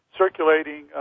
circulating